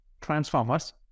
transformers